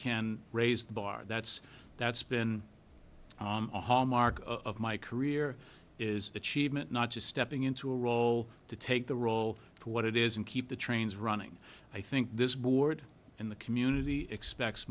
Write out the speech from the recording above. can raise the bar that's that's been a hallmark of my career is achievement not just stepping into a role to take the role for what it is and keep the trains running i think this board in the community expects